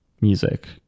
music